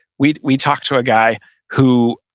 we we talked to a guy who,